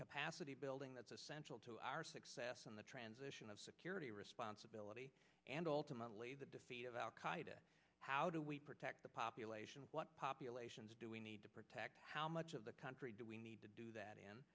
capacity building that's essential to our success in the transition of security responsibility and ultimately the defeat of al qaeda how do we protect the population what populations do we need to protect how much of the country do we need to do that in